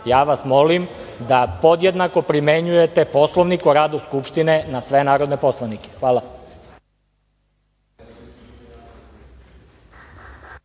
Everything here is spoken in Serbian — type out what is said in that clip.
Ja vas molim da podjednako primenjujete Poslovnik o radu Skupštine na sve narodne poslanike. Hvala.